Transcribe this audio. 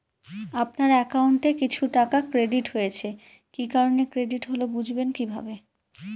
আপনার অ্যাকাউন্ট এ কিছু টাকা ক্রেডিট হয়েছে কি কারণে ক্রেডিট হল বুঝবেন কিভাবে?